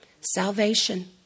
Salvation